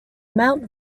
mount